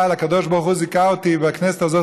אבל הקדוש ברוך הוא זיכה אותי בכנסת הזאת